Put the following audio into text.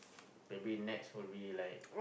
maybe next will be like